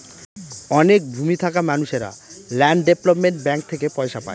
অনেক ভূমি থাকা মানুষেরা ল্যান্ড ডেভেলপমেন্ট ব্যাঙ্ক থেকে পয়সা পায়